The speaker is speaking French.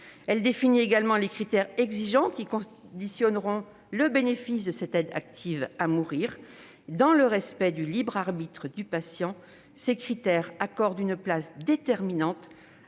Elle définit également des critères exigeants qui conditionneront le bénéfice de cette aide active à mourir. Dans le respect du libre arbitre du patient, ces critères accordent une place déterminante